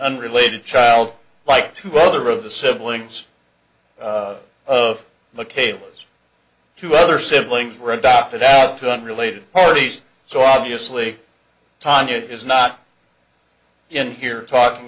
unrelated child like two other of the siblings of the cables to other siblings were adopted out to unrelated parties so obviously tanya is not in here talking